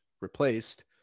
replaced